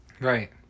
Right